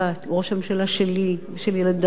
הוא ראש הממשלה שלי ושל ילדי.